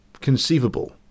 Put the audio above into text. conceivable